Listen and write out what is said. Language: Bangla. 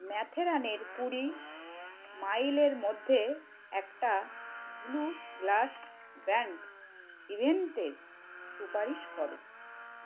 ম্যাথেরানের কুড়ি মাইলের মধ্যে একটা ব্লু গ্লাস ব্র্যান্ড ইভেন্টের সুপারিশ করো